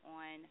on